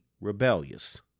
rebellious